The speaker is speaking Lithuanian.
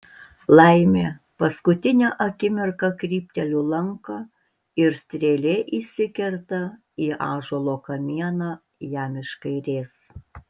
laimė paskutinę akimirką krypteliu lanką ir strėlė įsikerta į ąžuolo kamieną jam iš kairės